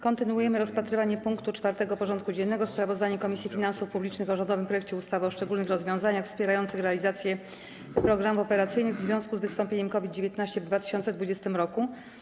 Kontynuujemy rozpatrywanie punktu 4. porządku dziennego: Sprawozdanie Komisji Finansów Publicznych o rządowym projekcie ustawy o szczególnych rozwiązaniach wspierających realizację programów operacyjnych w związku z wystąpieniem COVID-19 w 2020 r.